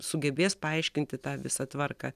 sugebės paaiškinti tą visą tvarką